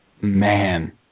Man